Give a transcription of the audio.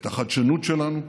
את החדשנות שלנו.